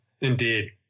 Indeed